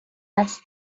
است